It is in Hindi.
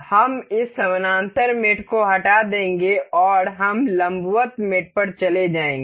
हम इस समानांतर मेट को हटा देंगे और हम लंबवत मेट पर चले जाएंगे